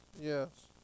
yes